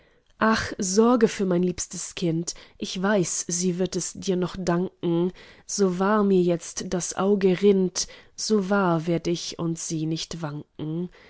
ach sorge für mein liebstes kind ich weiß sie wird es dir noch danken so wahr mir jetzt das auge rinnt so wahr werd ich und sie nicht wanken